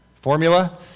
formula